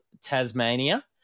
Tasmania